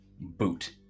Boot